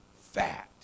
fat